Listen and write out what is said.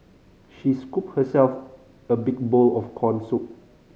she scooped herself a big bowl of corn soup